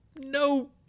no